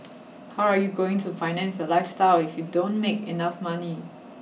how are you going to finance your lifestyle if you don't make enough money